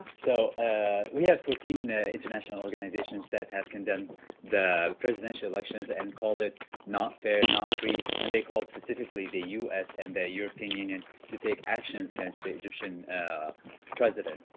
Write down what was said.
so ah we have fourteen international organizations that have condemned the presidential elections and called it not fair, not free, and they called specifically the u s. and the european union to take actions against the egyptian president.